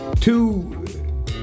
Two